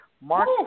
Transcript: mark